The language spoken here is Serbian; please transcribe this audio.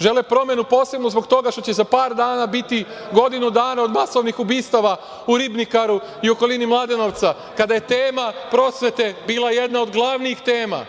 Žele promenu posebno zbog toga što će za par dana biti godinu dana od masovnih ubistava u „Ribnikaru“ i u okolini Mladenovca, kada je tema prosvete bila jedna od glavnih tema.